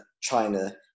China